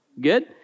Good